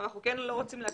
אנחנו לא רוצים להקשות.